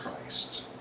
Christ